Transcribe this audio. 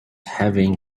having